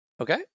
Okay